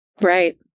Right